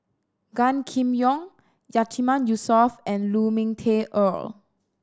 Gan Kim Yong Yatiman Yusof and Lu Ming Teh Earl